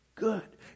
good